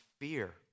fear